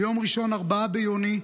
ביום ראשון 4 ביוני,